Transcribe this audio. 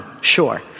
sure